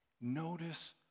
Notice